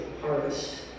harvest